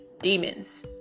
demons